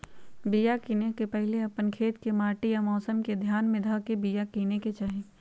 बिया किनेए से पहिले अप्पन खेत के माटि आ मौसम के ध्यान में ध के बिया किनेकेँ चाही